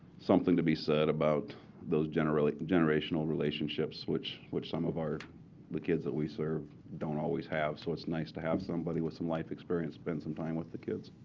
something to be said about those generational generational relationships, which which some of the kids that we serve don't always have. so it's nice to have somebody with some life experience spend some time with the kids.